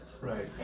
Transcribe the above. Right